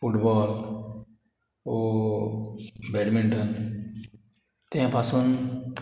football वो badminton तें पासून